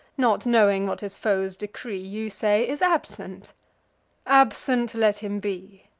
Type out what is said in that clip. not knowing what his foes decree, you say, is absent absent let him be.